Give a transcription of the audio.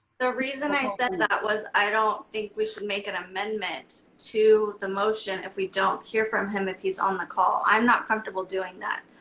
the reason i said and that was i don't think we should make an amendment to the motion if we don't hear from him, if he's on the call. i'm not comfortable doing that.